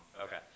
Okay